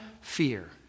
fear